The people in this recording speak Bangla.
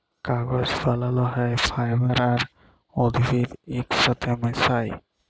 কাগজ বালাল হ্যয় ফাইবার আর উদ্ভিদ ইকসাথে মিশায়